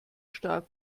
stark